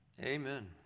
Amen